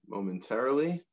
Momentarily